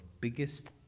biggest